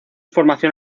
formación